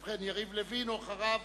ובכן, חבר הכנסת יריב לוין, ואחריו,